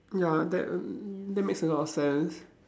ya that that makes a lot of sense